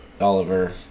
Oliver